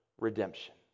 redemption